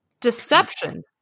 deception